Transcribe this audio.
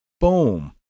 boom